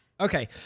Okay